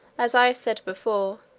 as i said before,